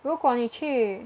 如果你去